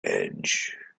edge